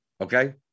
Okay